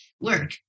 work